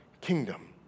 kingdom